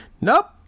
nope